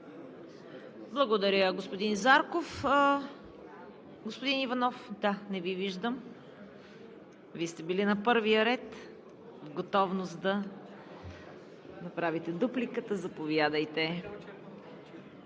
Благодаря, господин Зарков. Господин Иванов, не ви виждам. А Вие сте били на първия ред и в готовност да направите дупликата. Заповядайте.